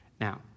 Now